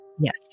Yes